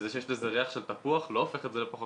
וזה שיש לזה ריח של תפוח לא הופך את זה לפחות